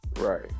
Right